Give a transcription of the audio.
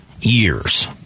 years